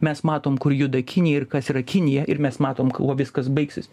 mes matom kur juda kinija ir kas yra kinija ir mes matom kuo viskas baigsis